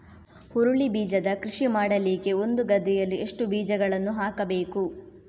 ಹುರುಳಿ ಬೀಜದ ಕೃಷಿ ಮಾಡಲಿಕ್ಕೆ ಒಂದು ಗದ್ದೆಯಲ್ಲಿ ಎಷ್ಟು ಬೀಜಗಳನ್ನು ಹಾಕಬೇಕು?